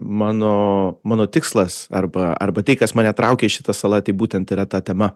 mano mano tikslas arba arba tai kas mane traukia į šią salą tai būtent yra ta tema